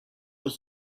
was